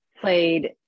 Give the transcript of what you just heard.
played